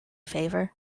favour